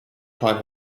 taught